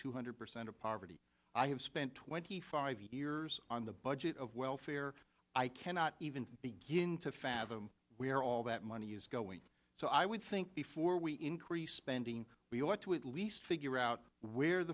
two hundred percent of poverty i have spent twenty five years on the budget of welfare i cannot even begin to fathom we are all that money is going so i would think before we increase spending we ought to at least figure out where